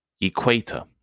Equator